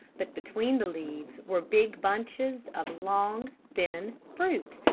but between the leaves were big bunches of long, thin fruit,